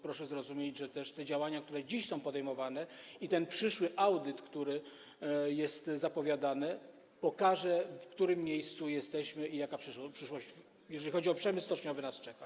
Proszę zrozumieć, że te działania, które dziś są podejmowane, i ten przyszły audyt, który jest zapowiadany, pokażą, w którym miejscu jesteśmy i jaka przyszłość, jeżeli chodzi o przemysł stoczniowy, nas czeka.